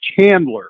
Chandler